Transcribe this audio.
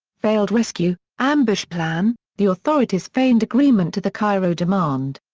failed rescue ambush plan the authorities feigned agreement to the cairo demand.